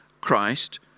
Christ